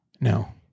No